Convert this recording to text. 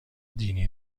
دینی